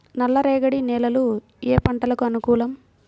నల్ల రేగడి నేలలు ఏ పంటకు అనుకూలం?